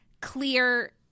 clear